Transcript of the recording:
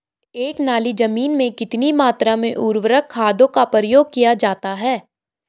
एक नाली जमीन में कितनी मात्रा में उर्वरक खादों का प्रयोग किया जाता है?